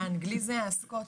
האנגלי זה הסקוטי.